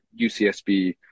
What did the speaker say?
UCSB